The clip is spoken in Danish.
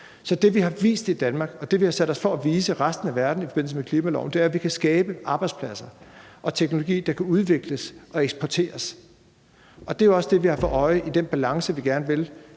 Så det, vi har vist i Danmark, og det, vi har sat os for at vise resten af verden i forbindelse med klimaloven, er, at vi kan skabe arbejdspladser og teknologi, der kan udvikles og eksporteres. Det er jo også det, vi har for øje i forhold til den balance, vi gerne vil